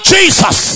Jesus